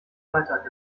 freitag